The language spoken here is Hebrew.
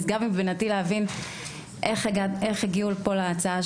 נשגב מבינתי להבין איך הגיעו פה להצעה